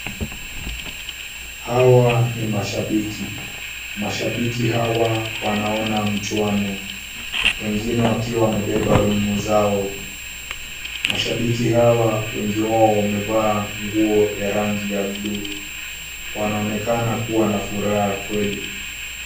Hawa ni mashabiki. Mashabiki hawa wanaona mchuano wengine wakiwa wamebeba rununu zao. Mashabiki hawa wengi wao wamevaa nguo ya rangi ya buluu. Wanaonekana kuwa na furaha kweli.